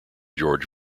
george